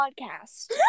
podcast